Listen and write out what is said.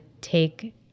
take